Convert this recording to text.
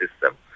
system